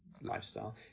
lifestyle